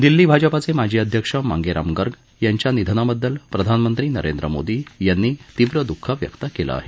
दिल्ली भाजपाचे माजी अध्यक्ष मांगे राम गर्ग यांच्या निधनाबद्दल प्रधानमंत्री नरेंद्र मोदी यांनी तीव्र दुःख व्यक्त केलं आहे